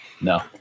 no